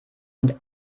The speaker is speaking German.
und